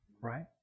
right